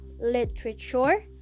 literature